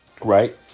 Right